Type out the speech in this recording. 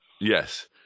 yes